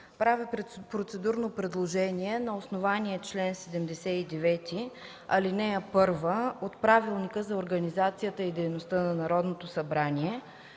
Правя процедурно предложение на основание чл. 79, ал. 1 от Правилника за организацията и дейността на Народното събрание